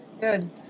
Good